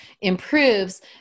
improves